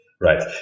Right